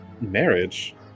Marriage